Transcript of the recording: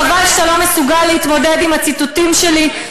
חבל שאתה לא מסוגל להתמודד עם הציטוטים שלי,